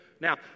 Now